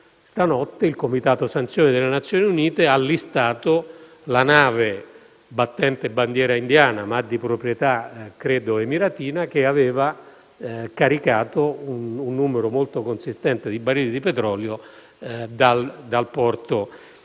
Stanotte il Comitato sanzioni delle Nazioni Unite ha listato la nave battente bandiera indiana, ma di proprietà - credo - emiratina, che aveva caricato un numero molto consistente di barili di petrolio dalla